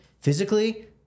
physically